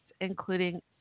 including